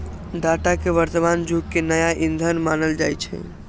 data के वर्तमान जुग के नया ईंधन मानल जाई छै